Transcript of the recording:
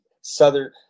Southern